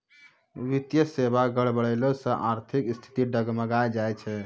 वित्तीय सेबा गड़बड़ैला से आर्थिक स्थिति डगमगाय जाय छै